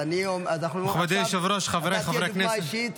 אז עכשיו אתה תהיה דוגמה אישית.